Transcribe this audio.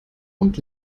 und